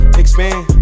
expand